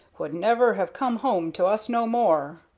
would never have come home to us no more.